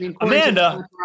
Amanda